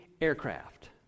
aircraft